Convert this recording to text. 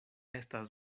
estas